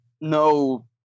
no